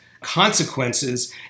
consequences